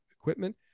equipment